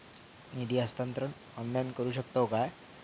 निधी हस्तांतरण ऑनलाइन करू शकतव काय?